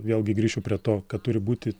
vėlgi grįšiu prie to kad turi būti